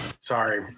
Sorry